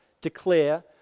declare